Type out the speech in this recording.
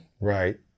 Right